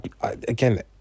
again